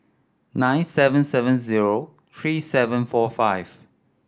nine seven seven zero three seven four five